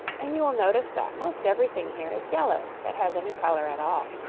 and you will notice that most everything here is yellow that has any color at all.